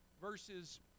verses